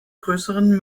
größeren